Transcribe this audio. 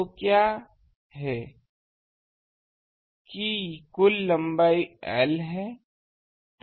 तो क्या है कि कुल लंबाई l है